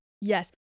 yes